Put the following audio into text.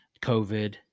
COVID